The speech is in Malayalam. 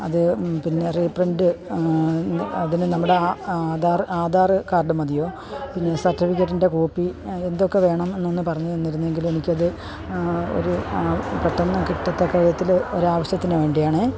അത് പിന്നെ റീപ്രിൻ്റ് അതിന് നമ്മുടെ ആ ആധാർ ആധാറ് കാർഡ് മതിയോ പിന്നെ സർട്ടിഫിക്കറ്റിൻ്റെ കോപ്പി എന്തൊക്കെ വേണം എന്നൊന്ന് പറഞ്ഞ് തന്നിരുന്നെങ്കിൽ എനിക്ക് അത് ഒരു പെട്ടെന്ന് കിട്ടത്തക്ക വിധത്തിൽ ഒരു ആവശ്യത്തിന് വേണ്ടിയാണ്